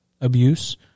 abuse